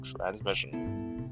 transmission